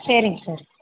சரிங்க சார்